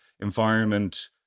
Environment